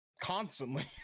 constantly